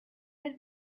had